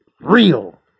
Real